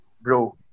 Bro